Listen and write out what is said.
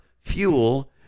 fuel